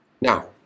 Now